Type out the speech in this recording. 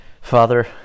Father